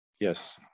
Yes